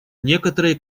некоторые